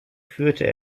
führte